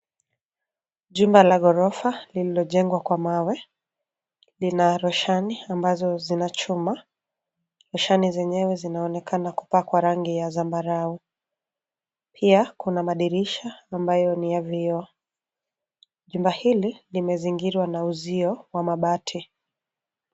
Jumba la ghorofa lililojengwa Kwa mawe Lina roshani ambazo zina chuma. Roshani zenyewe zinaonekana zimepakwa rangi ya zambarau. Pia kuna madirisha ambayo ni ya vioo. Jumba hili limezingirwa na uzio wa mabati.